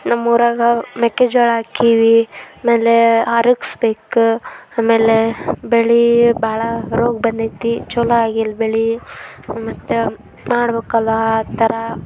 ನಮ್ಮ ಊರಲ್ಲಿ ಮೆಕ್ಕೆಜೋಳ ಹಾಕೀವಿ ಆಮೇಲೇ ಅರಗಿಸ್ಬೇಕು ಆಮೇಲೆ ಬೆಳೆ ಭಾಳ ರೋಗ ಬಂದಿದೆ ಛಲೋ ಆಗಿಲ್ಲ ಬೆಳೆ ಮತ್ತು ಮಾಡಬೇಕಲ್ಲಾ ಆ ಥರಾ